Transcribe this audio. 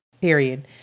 Period